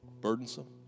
burdensome